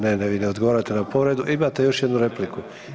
Ne, ne, vi ne odgovarate na povredu, imate još jednu repliku.